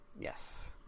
Yes